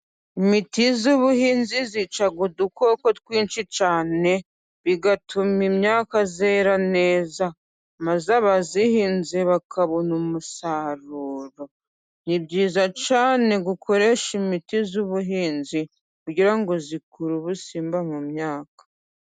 Imiti y'ubuhinzi yica udukoko twinshi cyane, bigatuma imyaka yera neza, maze abayihinze bakabona umusaruro. Ni byiza cyane gukoresha imiti z'ubuhinzi, kugira ngo ikure ubusimba mu myaka.